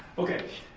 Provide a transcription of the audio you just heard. okay,